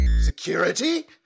Security